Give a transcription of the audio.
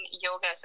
yoga